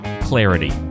clarity